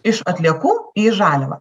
iš atliekų į žaliavą